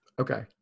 Okay